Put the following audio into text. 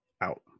out